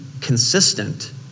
consistent